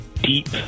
deep